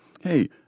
hey